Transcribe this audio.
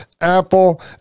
Apple